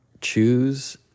Choose